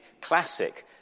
classic